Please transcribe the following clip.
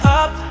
up